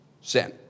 sin